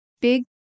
big